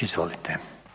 Izvolite.